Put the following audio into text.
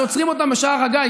כשעוצרים בשער הגיא,